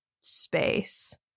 space